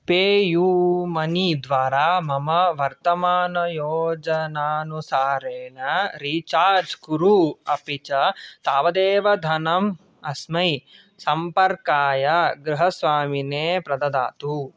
pay you money द्वारा मम वर्तमानयोजनानुसारेण रीचार्ज् कुरु अपि च तावदेव धनम् अस्मै सम्पर्काय गृहस्वामिने प्रददातु